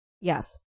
Yes